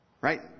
right